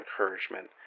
encouragement